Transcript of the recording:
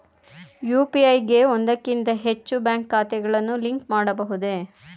UPI ಗೆ ಒಂದಕ್ಕಿಂತ ಹೆಚ್ಚು ಬ್ಯಾಂಕ್ ಖಾತೆಗಳನ್ನು ಲಿಂಕ್ ಮಾಡಬಹುದೇ?